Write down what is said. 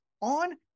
on